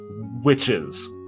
witches